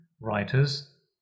writers